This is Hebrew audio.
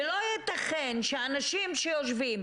ולא ייתכן שאנשים שיושבים,